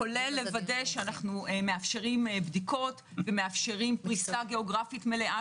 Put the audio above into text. כולל לוודא שאנו מאפשרים בדיקות ופריסה גיאוגרפית מלאה